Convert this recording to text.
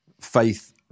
faith